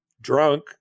drunk